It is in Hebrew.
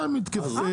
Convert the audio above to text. גם יתקפו,